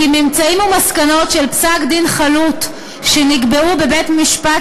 כי ממצאים ומסקנות של פסק-דין חלוט שנקבעו בבית-משפט